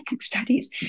studies